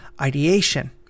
ideation